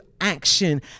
action